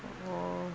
oh